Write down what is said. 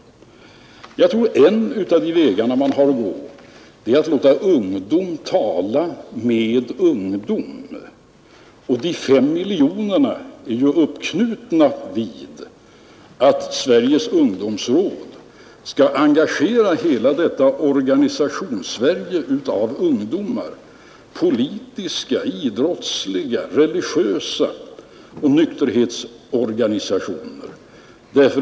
Jag tror att en av vägarna man har att gå är att låta ungdom tala med ungdom. De 5 miljoner kronorna är ju uppknutna vid att statens ungdomsråd skall engagera hela det unga Organisationssverige — politiska, idrottsliga och religiösa organisationer och nykterhetsorganisationer.